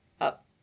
up